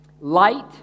light